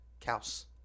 Cows